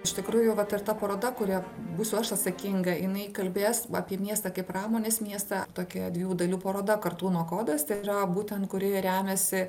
iš tikrųjų vat ir ta paroda kurią būsiu aš atsakinga jinai kalbės apie miestą kaip pramonės miestą tokia dviejų dalių paroda kartūno kodas tai yra būtent kuri remiasi